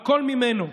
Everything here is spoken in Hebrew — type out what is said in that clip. הכול ממנו,